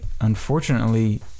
Unfortunately